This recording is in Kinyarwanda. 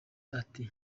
ati